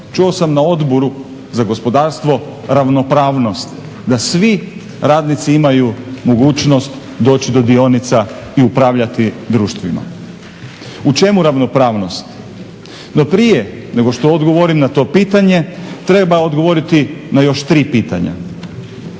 Čuo sam na Odboru za gospodarstvo, ravnopravnost da svi radnici imaju mogućnost doći do dionica i upravljati društvima. U čemu ravnopravnost? No, prije nego što odgovorim na to pitanje, treba odgovoriti na još tri pitanja.